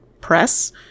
press